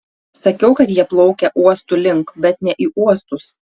sakiau kad jie plaukia uostų link bet ne į uostus